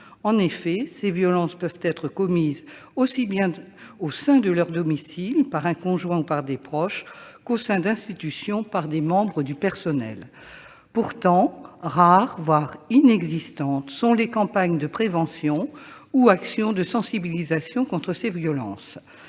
En effet, ces violences peuvent être commises aussi bien au sein de leur domicile, par un conjoint ou par des proches, qu'au sein d'institutions, par des membres du personnel. Pourtant, rares, voire inexistantes, sont les campagnes de prévention ou les actions de sensibilisation contre ces violences.